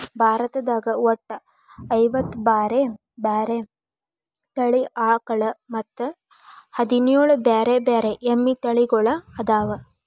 ಭಾರತದಾಗ ಒಟ್ಟ ಐವತ್ತ ಬ್ಯಾರೆ ಬ್ಯಾರೆ ತಳಿ ಆಕಳ ಮತ್ತ್ ಹದಿನೇಳ್ ಬ್ಯಾರೆ ಬ್ಯಾರೆ ಎಮ್ಮಿ ತಳಿಗೊಳ್ಅದಾವ